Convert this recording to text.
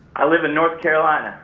i live in north carolina.